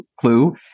clue